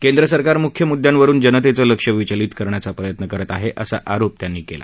केंद्र सरकार मुख्य मुद्यांवरुन जनतेचं लक्ष विचलित करण्याचा प्रयत्न करत आहे असा आरोप त्यांनी केला